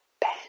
Ben